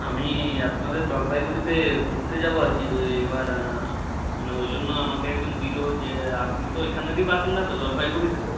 আমি আপনাদের জলপাইগুড়িতে ঘুরতে যাব আর কি এবার মানে ওই জন্য আমাকে একজন দিল যে আপনি তো ওখানেরই বাসিন্দা তো জলপাইগুড়িরই তো